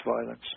violence